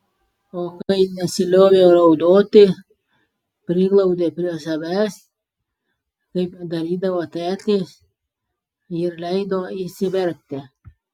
o kai nesilioviau raudoti priglaudė prie savęs kaip darydavo tėtis ir leido išsiverkti